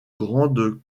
grande